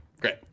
great